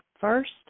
first